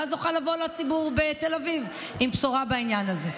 ואז נוכל לבוא לציבור בתל אביב עם בשורה בעניין הזה.